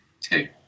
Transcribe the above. Two